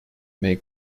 may